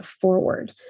forward